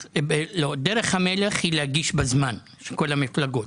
דרך המלך היא להגיש בזמן, כל המפלגות.